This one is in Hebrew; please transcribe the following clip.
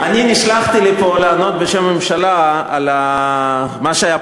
נשלחתי לפה לענות בשם הממשלה על מה שהיה